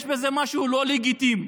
יש בזה משהו לא לגיטימי,